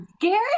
Garrett